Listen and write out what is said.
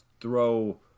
throw